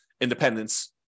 independence